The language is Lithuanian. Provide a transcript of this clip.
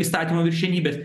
įstatymų viršenybės